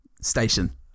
Station